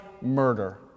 murder